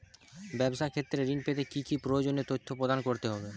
ব্যাবসা ক্ষেত্রে ঋণ পেতে কি কি প্রয়োজনীয় তথ্য প্রদান করতে হবে?